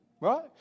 right